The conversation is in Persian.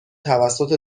توسط